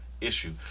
issue